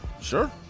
Sure